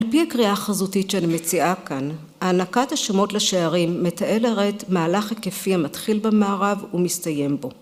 ‫על פי הקריאה החזותית ‫שאני מציעה כאן, ‫הענקת השמות לשערים מתארת ‫מהלך היקפי המתחיל במערב ומסתיים בו.